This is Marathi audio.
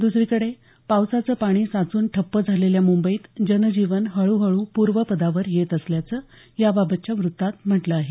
दसरीकडे पावसाचं पाणी साचून ठप्प झालेल्या मुंबईत जनजीवन हळूहळू पूर्वपदावर येत असल्याचं याबाबतच्या वृत्तात म्हटलं आहे